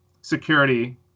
security